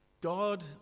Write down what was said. God